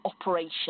operation